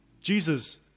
Jesus